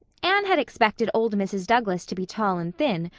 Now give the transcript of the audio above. anne had expected old mrs. douglas to be tall and thin,